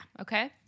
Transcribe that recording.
Okay